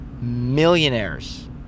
millionaires